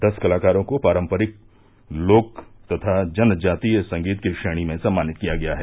दस कलाकारों को पारंपरिक लोक तथा जनजातीय संगीत की श्रेणी में सम्मानित किया गया है